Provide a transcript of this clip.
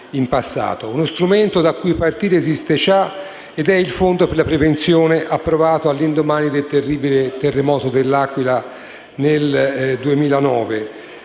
Uno strumento da cui partire esiste già ed è il Fondo per la prevenzione, approvato all'indomani del terribile terremoto dell'Aquila del 2009.